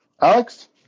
Alex